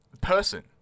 person